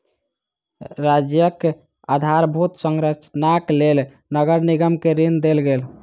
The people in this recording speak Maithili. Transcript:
राज्यक आधारभूत संरचनाक लेल नगर निगम के ऋण देल गेल